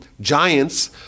giants